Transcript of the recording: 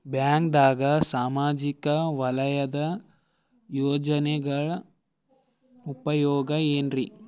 ಬ್ಯಾಂಕ್ದಾಗ ಸಾಮಾಜಿಕ ವಲಯದ ಯೋಜನೆಗಳ ಉಪಯೋಗ ಏನ್ರೀ?